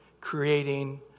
creating